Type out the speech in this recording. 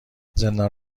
زندان